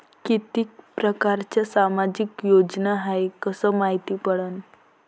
कितीक परकारच्या सामाजिक योजना हाय कस मायती पडन?